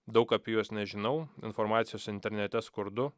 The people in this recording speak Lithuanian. daug apie juos nežinau informacijos internete skurdu